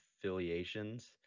affiliations